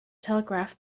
telegraph